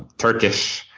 turkish.